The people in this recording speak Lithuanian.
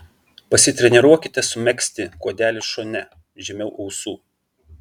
pasitreniruokite sumegzti kuodelį šone žemiau ausų